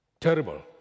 terrible